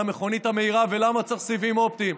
המכונית המהירה ולמה צריך סיבים אופטיים.